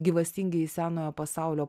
gyvastingieji senojo pasaulio